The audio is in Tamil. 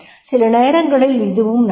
சில நேரங்களில் இதுவும் நடக்கும்